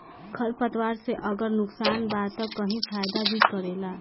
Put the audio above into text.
खर पतवार से अगर नुकसान बा त कही फायदा भी करेला